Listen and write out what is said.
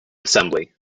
assembly